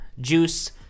juice